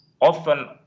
often